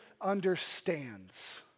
understands